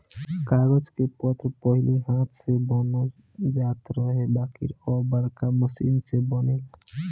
कागज के पन्ना पहिले हाथ से बनावल जात रहे बाकिर अब बाड़का मशीन से बनेला